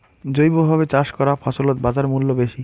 জৈবভাবে চাষ করা ফছলত বাজারমূল্য বেশি